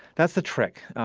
that's the trick.